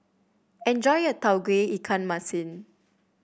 enjoy your Tauge Ikan Masin